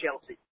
Chelsea